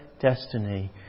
destiny